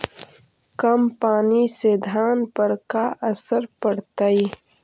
कम पनी से धान पर का असर पड़तायी?